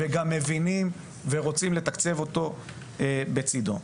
וגם מבינים ורוצים לתקצב אותו בצידו.